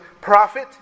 prophet